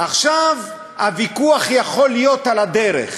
עכשיו, הוויכוח יכול להיות על הדרך: